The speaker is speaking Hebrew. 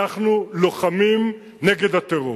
אנחנו לוחמים נגד הטרור,